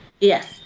yes